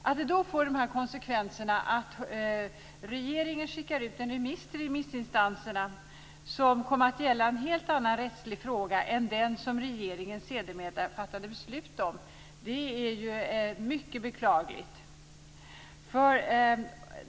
Att det då får till konsekvens att regeringen skickar ut en remiss till remissinstanserna som kom att gälla en helt annan rättslig fråga än den som regeringen sedermera fattade beslut om är mycket beklagligt.